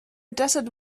desert